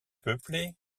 peuplée